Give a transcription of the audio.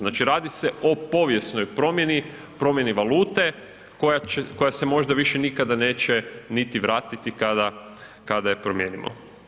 Znači radi se o povijesnoj promjeni, promjeni valute koja se možda više nikada neće niti vratiti kada je promijenimo.